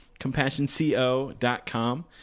CompassionCo.com